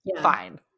fine